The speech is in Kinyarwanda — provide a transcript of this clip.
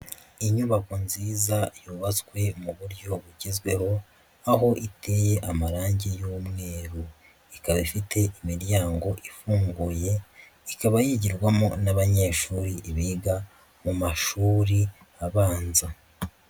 Inyubako nziza yubatswe mu buryo bugezweho aho iteye amarangi y'umweru, ikaba ifite imiryango ifunguye ikaba yigirwamo n'abanyeshuri biga mu mashuri abanza.